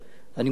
אני מודה להם.